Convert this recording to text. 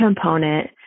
component